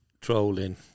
trolling